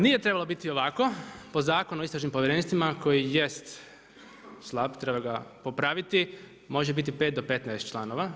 Nije trebalo biti ovako, po Zakonu o istražnim povjerenstvima koji jest slab, treba ga popraviti, može biti 5 do 15 članova.